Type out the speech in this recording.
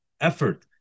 effort